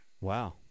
Wow